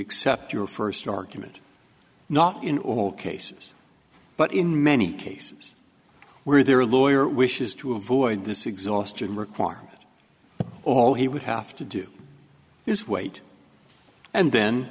accept your first argument not in all cases but in many cases where their lawyer wishes to avoid this exhaustion requirement all he would have to do is wait and then